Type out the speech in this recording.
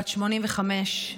בת 85,